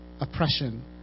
Oppression